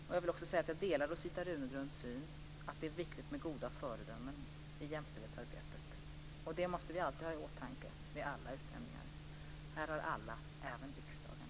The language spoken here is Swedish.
Jag vill också säga att jag delar Rosita Runegrunds syn att det är viktigt med goda föredömen i jämställdhetsarbetet. Det måste vi alltid ha i åtanke, vid alla utnämningar. Här har alla, även riksdagen, ett stort ansvar.